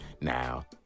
Now